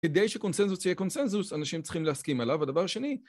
כדי שקונצנזוס יהיה קונצנזוס, אנשים צריכים להסכים עליו, הדבר השני